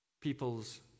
People's